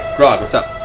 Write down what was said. grog, what's up?